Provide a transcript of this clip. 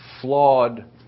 flawed